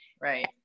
Right